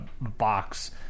box